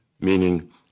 meaning